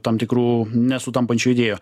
tam tikrų nesutampančių idėjų